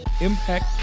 impact